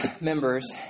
members